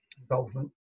involvement